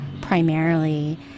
primarily